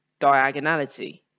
diagonality